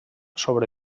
sobre